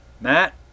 matt